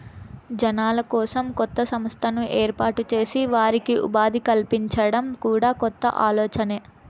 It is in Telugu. జనాల కోసం కొత్త సంస్థను ఏర్పాటు చేసి వారికి ఉపాధి కల్పించడం కూడా కొత్త ఆలోచనే